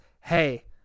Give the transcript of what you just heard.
Hey